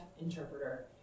interpreter